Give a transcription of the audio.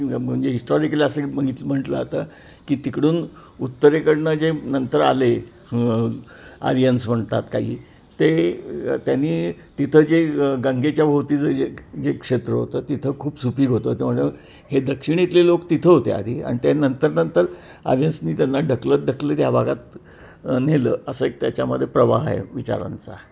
नाही म्हणजे हिस्टॉरिकली असं म्हणत म्हटलं जातं की तिकडून उत्तरेकडून जे नंतर आले आर्यन्स म्हणतात काही ते त्यांनी तिथं जे गंगेच्याभोवतीचं जे जे क्षेत्र होतं तिथं खूप सुपीक होतं त्या म्हणून हे दक्षिणतले लोक तिथं होते आधी आणि त्या नंतर नंतर आर्यन्सनी त्यांना ढकलत ढकलत ह्या भागात नेलं असं एक त्याच्यामध्ये प्रवाह आहे विचारांचा